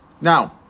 Now